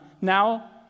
Now